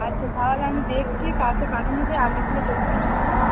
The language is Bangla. আচ্ছা তাহলে আমি দেখছি কাকে পাঠানো যায় আপনি তাহলে দোকানে থাকুন